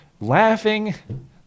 laughing